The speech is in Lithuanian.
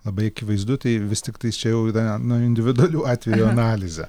labai akivaizdu tai vis tiktais čia jau yra nu individualių atvejų analizė